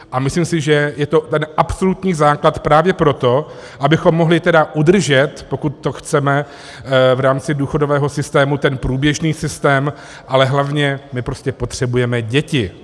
A myslím si, že je to ten absolutní základ právě pro to, abychom mohli udržet, pokud to chceme v rámci důchodového systému, ten průběžný systém, ale hlavně my prostě potřebujeme děti.